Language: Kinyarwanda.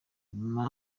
nyuma